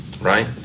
right